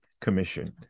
commission